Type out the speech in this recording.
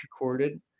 recorded